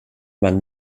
man